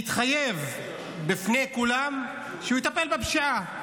והתחייב בפני כולם שהוא יטפל בפשיעה.